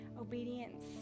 obedience